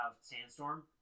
Sandstorm